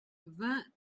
vingt